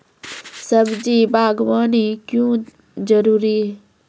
सब्जी बागवानी क्यो जरूरी?